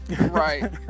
Right